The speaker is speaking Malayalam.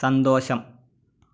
സന്തോഷം